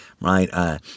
right